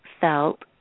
felt